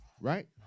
Right